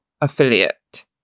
affiliate